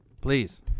please